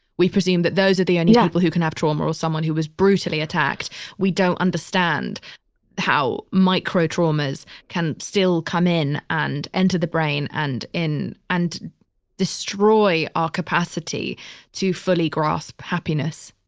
we presume that those are the only and people who can have trauma or someone who was brutally attacked. we don't understand how micro traumas can still come in and enter the brain and in, and destroy our capacity to fully grasp happiness